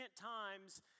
times